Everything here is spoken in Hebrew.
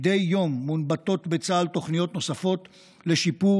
מדי יום מונבטות בצה"ל תוכניות נוספות לשיפור